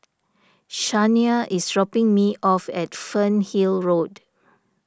Shania is dropping me off at Fernhill Road